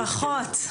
ברכות.